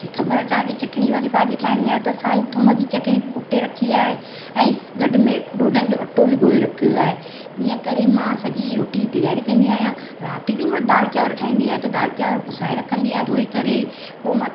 मूंखे ख़बर आहे छा अॼु चटणी वारी भाॼी ठाहिणी आहे त साई थूम जी चटणी कुटे रखी आहे ऐं गॾु में ॾोढन जो अटो बि ॻोहे रखियो आहे ईअं करे मां सॼी रोटी जी तैयारी कंदी आहियां राति जो मां दालि चांवर ठाहींदी आहियां त दाल चांवर पुसाइ रखंदी आहियां धोई करे पोइ मां